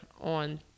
on